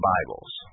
Bibles